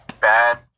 bad